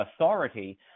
authority